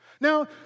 Now